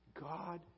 God